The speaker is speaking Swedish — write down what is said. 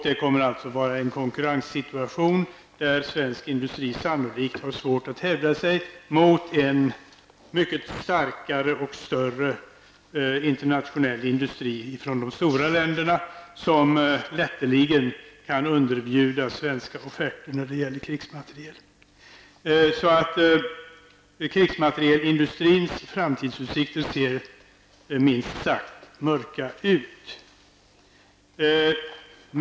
Det kommer att uppstå en konkurrenssituation där svensk krigsmaterielindustri sannolikt får svårt att hävda sig gentemot en mycket starkare och större internationell industri i de stora länderna. De kan näppeligen underbjuda svenska offerter i fråga om krigsmateriel. Krigsmaterielindustrins framtidsutsikter ser alltså minst sagt mörka ut.